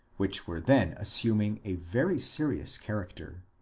which were then assuming a very serious character.